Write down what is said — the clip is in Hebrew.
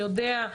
יודע,